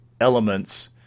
elements